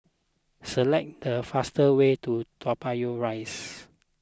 select the fastest way to Toa Payoh Rise